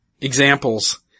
Examples